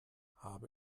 habe